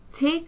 Take